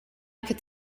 could